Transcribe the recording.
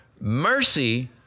Mercy